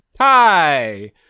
Hi